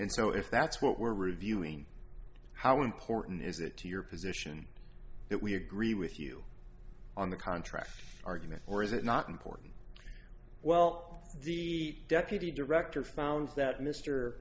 and so if that's what we're reviewing how important is it to your position that we agree with you on the contract argument or is it not important well the deputy director found that mr